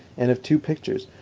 and of two pictures,